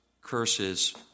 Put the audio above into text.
curses